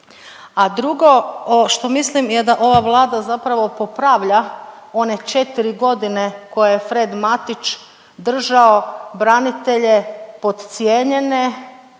A drugo što mislim je da ova Vlada zapravo popravlja one 4 godine koje je Fred Matić držao branitelje podcijenjene,